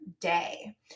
day